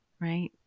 right